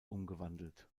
umgewandelt